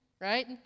right